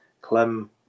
Clem